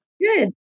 Good